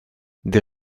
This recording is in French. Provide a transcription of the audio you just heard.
des